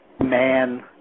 man